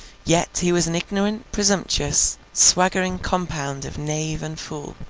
yet he was an ignorant presumptuous, swaggering compound of knave and fool,